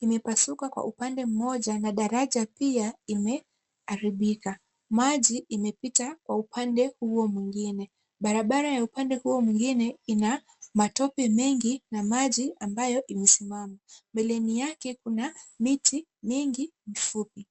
Imepasuka kwa upande mmoja na daraja pia imeharibika. Maji imepita kwa upande huo mwingine. Barabara ya upande huo mwingine, ina matope mengi na maji ambayo imesimama. Mbeleni yake kuna miti mingi mifupi.